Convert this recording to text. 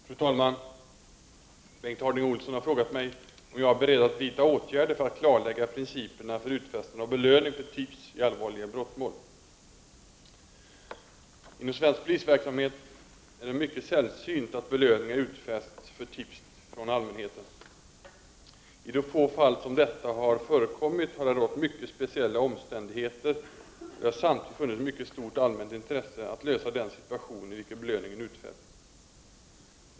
Fru talman! Bengt Harding Olson har frågat mig om jag är beredd att vidta åtgärder för att klarlägga principerna för utfästande av belöning för tips i allvarliga brottmål. Inom svensk polisverksamhet är det mycket sällsynt att belöningar utfästs för tips från allmänheten. I de få fall som detta har förekommit har det rått mycket speciella omständigheter, och det har samtidigt funnits ett mycket stort allmänt intresse av att lösa den situation i vilken belöningen utfästs.